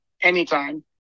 anytime